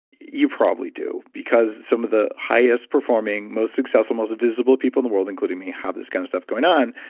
you probably do because some of the highest performing, most successful, most visible people in the world, including me have this kind of stuff going on.